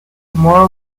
tomorrow